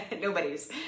nobody's